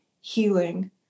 healing